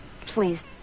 Please